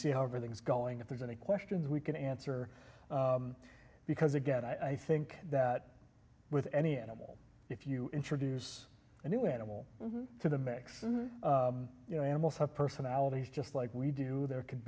see how everything's going if there's any questions we can answer because again i think that with any animal if you introduce a new animal to the mix and you know animals have personalities just like we do there could